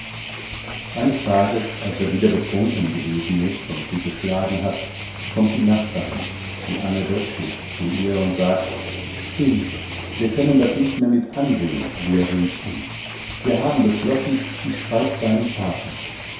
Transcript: eines tages als er wieder betrunken gewesen ist und sie geschlagen hat kommt die nachbarin die ane doczys zu ihr und sagt indre wir können das nicht mehr mit ansehen wir ringsum wir haben beschlossen ich schreib's deinem vater